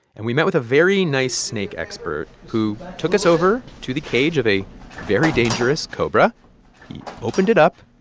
and we met with a very nice snake expert who took us over to the cage of a very dangerous cobra. he opened it up.